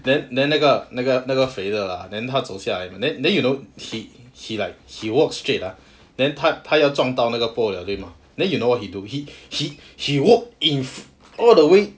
then then 那个那个那个肥的 lah then 他走下来 mah then you know he he like he walked straight ah then 他他要撞到那个 pole 了对吗 then you know what he do he he walked in all the way